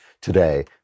today